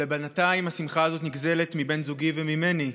אבל בינתיים השמחה הזאת נגזלת מבן זוגי וממני.